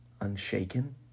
unshaken